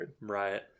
right